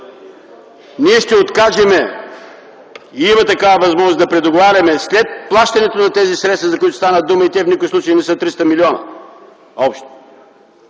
ние ще откажем (имаме такава възможност да предоговаряме след плащането на тези средства, за които стана дума, и те в никакъв случай не са 300 милиона).